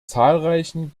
zahlreichen